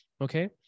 Okay